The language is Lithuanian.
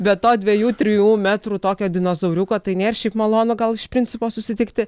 be to dviejų trijų metrų tokio dinozauriuko tai nėr šiaip malonu gal iš principo susitikti